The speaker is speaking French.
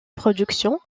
production